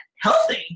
healthy